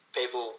people